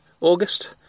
august